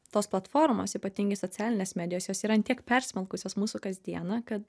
tos platformos ypatingai socialinės medijos jos yra tiek persmelkusios mūsų kasdieną kad